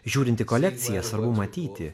žiūrint į kolekcijas matyti